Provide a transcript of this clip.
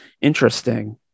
interesting